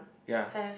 yea